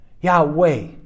Yahweh